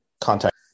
contact